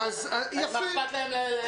מה אכפת להם?